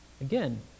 Again